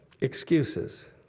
Excuses